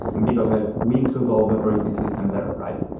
and because like we include all the operating system there, right?